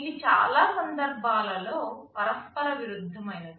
ఇవి చాలా సందర్భాలలో పరస్పర విరుద్ధమైనవి